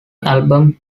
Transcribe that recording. album